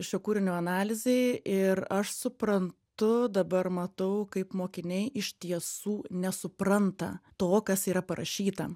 šio kūrinio analizei ir aš suprantu dabar matau kaip mokiniai iš tiesų nesupranta to kas yra parašyta